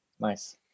nice